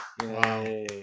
Wow